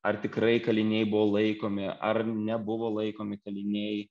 ar tikrai kaliniai buvo laikomi ar nebuvo laikomi kaliniai